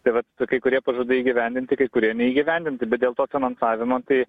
tai va kai kurie pažadai įgyvendinti kai kurie neįgyvendinti dėl to finansavimo tai